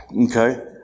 okay